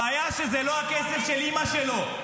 הבעיה שזה לא הכסף של אימא שלו,